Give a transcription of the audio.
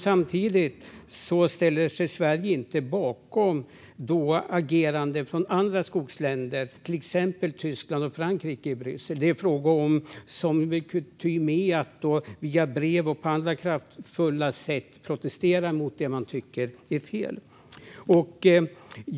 Samtidigt ställer sig Sverige inte bakom agerandet från andra skogsländer, till exempel Tyskland och Frankrike, i Bryssel. Det är fråga om att, som kutym är, via brev och på andra kraftfulla sätt protestera mot det man tycker är fel.